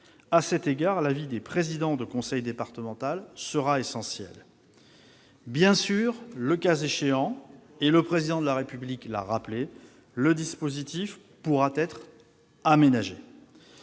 À cet égard, l'avis des présidents de conseil départemental sera essentiel. Le cas échéant, ainsi que le Président de la République l'a rappelé, le dispositif pourra être aménagé.